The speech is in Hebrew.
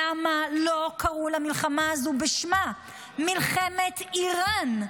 למה לא קראו למלחמה הזו בשמה, מלחמת איראן?